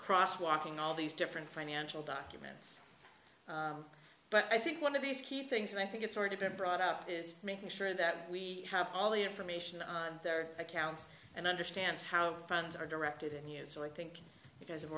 cross walking all these different financial documents but i think one of these key things and i think it's already been brought up is making sure that we have all the information on their accounts and understands how funds are directed at me and so i think